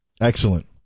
Excellent